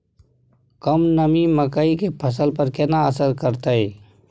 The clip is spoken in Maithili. कम नमी मकई के फसल पर केना असर करतय?